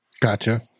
Gotcha